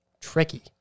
Tricky